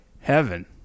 heaven